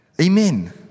Amen